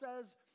says